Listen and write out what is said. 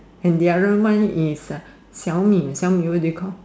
and the other one is uh xiao-mi what do you call